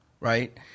Right